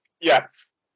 Yes